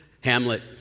Hamlet